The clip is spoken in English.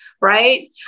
right